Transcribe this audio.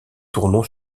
tournon